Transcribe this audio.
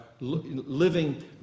living